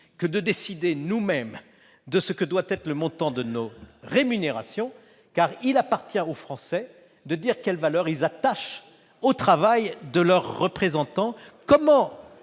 que de décider nous-mêmes du montant de nos rémunérations, car il appartient aux Français de dire quelle valeur ils attachent au travail de leurs représentants,